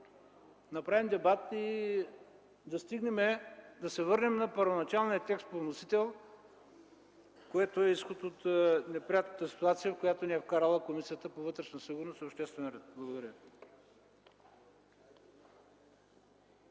направим дебат и да се върнем на първоначалния текст по вносител, което е изход от неприятната ситуация, в която ни е вкарала Комисията по вътрешна сигурност и обществен ред. Благодаря